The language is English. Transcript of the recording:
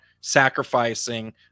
sacrificing